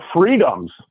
freedoms